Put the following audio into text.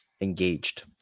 engaged